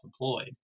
employed